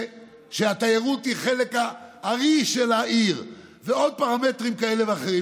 תיירות שהיא חלק הארי של העיר ועוד פרמטרים כאלה ואחרים.